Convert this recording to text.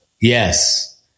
yes